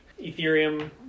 Ethereum